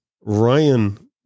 Ryan